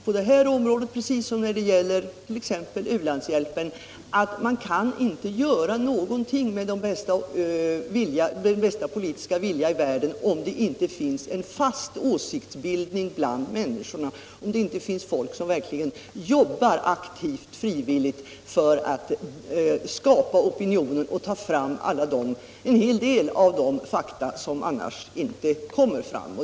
På det här området, precis som när det gäller u-hjälpen, kan man inte göra någonting med den bästa politiska viljan i världen, om det inte finns en fast åsiktsbildning bland människorna, om det inte finns folk som verkligen jobbar aktivt och frivilligt för att skapa opinion och tar fram en hel del av de fakta som annars inte kommer fram.